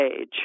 age